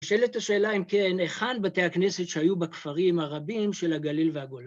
נשאלת השאלה אם כן, היכן בתי הכנסת שהיו בכפרים הרבים של הגליל והגולן?